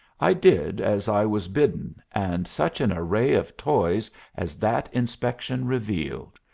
i did as i was bidden, and such an array of toys as that inspection revealed!